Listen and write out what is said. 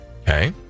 Okay